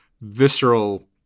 visceral